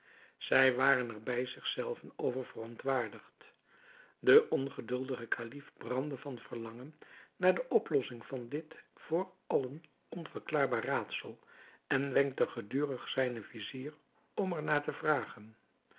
zij waren er bij zich zelven over verontwaardigd de ongeduldige kalif brandde van verlangen naar de oplossing van dit voor allen onverklaarbaar raadsel en wenkte gedurig zijnen vizier om er naar te vragen